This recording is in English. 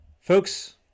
folks